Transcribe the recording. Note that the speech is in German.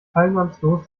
teilnahmslos